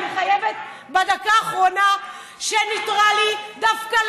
אני חייבת בדקה האחרונה שנותרה לי דווקא,